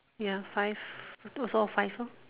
ya five total of five lor